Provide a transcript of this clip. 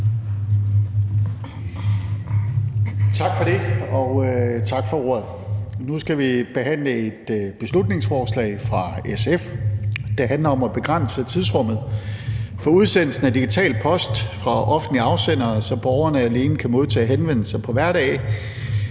Tak for det, og tak for ordet. Nu skal vi behandle et beslutningsforslag fra SF, der handler om at begrænse tidsrummet for udsendelse af digital post fra offentlige afsendere, så borgerne alene kan modtage henvendelser på hverdage,